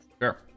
Sure